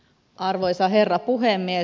arvoisa herra puhemies